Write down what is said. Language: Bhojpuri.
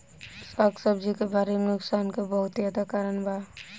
साग सब्जी के भारी नुकसान के बहुतायत कारण का बा?